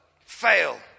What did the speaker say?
Fail